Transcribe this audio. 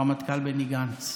הרמטכ"ל בני גנץ.